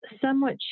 somewhat